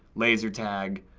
laser tag,